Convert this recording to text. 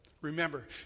remember